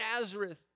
Nazareth